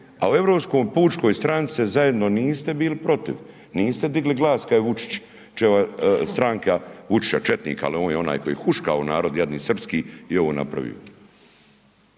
a u Europskoj pučkoj stranci, zajedno niste bili protiv, niste digli glas kada je Vučićeva stranka, Vučića, četnika, ovaj ili onaj, koji je huškao narod jadni srpski i ovo napravio.